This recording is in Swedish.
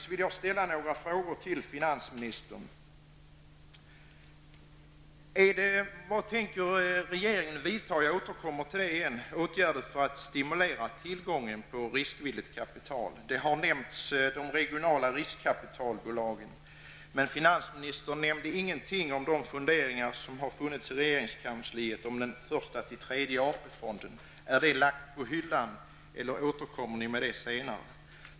Vad tänker regeringen vidta för åtgärder -- jag återkommer till det -- för att stimulera tillgången på riskvilligt kapital? De regionala riskkapitalbolagen har nämnts. Men statsrådet nämnde ingenting om de funderingar som har funnits i regeringskansliet om första, andra och tredje AP-fonden. Är det förslaget lagt på hyllan, eller återkommer ni med det senare?